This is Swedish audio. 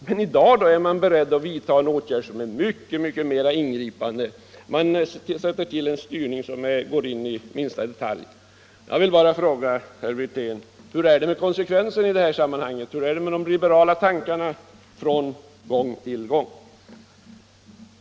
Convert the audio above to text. Men i dag är man beredd att vidta en åtgärd som är mycket mera ingripande —- en styrning som går in i minsta detalj. Jag vill fråga herr Wirtén hur det är med konsekvensen i det här sammanhanget. Hur är det med variationen i de liberala tankarna från gång till annan?